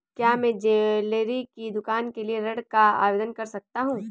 क्या मैं ज्वैलरी की दुकान के लिए ऋण का आवेदन कर सकता हूँ?